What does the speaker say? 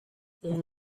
اون